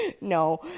no